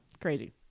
Crazy